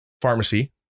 pharmacy